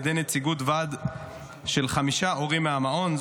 על ידי נציגות של עד חמישה הורים מהמעון.